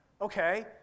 Okay